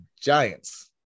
Giants